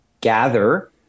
gather